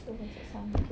so what's that sound